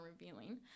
revealing